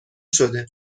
شده